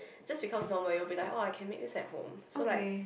just become normal you will be like oh can make this at home so like